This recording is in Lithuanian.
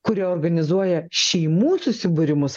kurie organizuoja šeimų susibūrimus